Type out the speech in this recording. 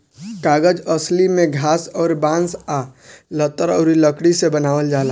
कागज असली में घास अउर बांस आ लतर अउरी लकड़ी से बनावल जाला